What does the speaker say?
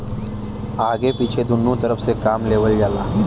आगे पीछे दुन्नु तरफ से काम लेवल जाला